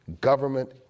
government